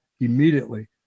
immediately